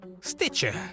Stitcher